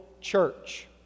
Church